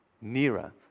nearer